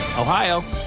Ohio